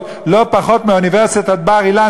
לא פחות משל אוניברסיטת בר-אילן,